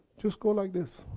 just go like this,